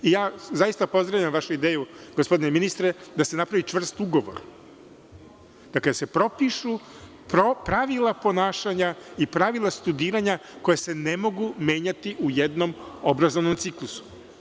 Zaista pozdravljam vašu ideju gospodine ministre, da se napravi čvrst ugovor, dakle, da se propišu pravila ponašanja i pravila studiranja koje se ne mogu menjati u jednom obrazovnom ciklusu.